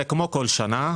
זה כמו כל שנה.